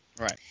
right